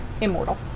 immortal